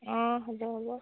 অঁ হ'ব হ'ব